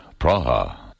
Praha